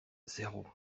zéro